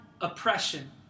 oppression